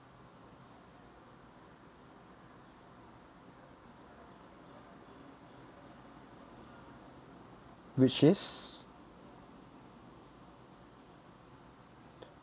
which is